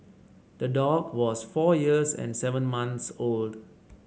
the dog was four years and seven months old